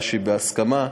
בהסכמה.